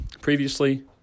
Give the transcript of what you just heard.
previously